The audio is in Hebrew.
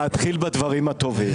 להתחיל בדברים הטובים.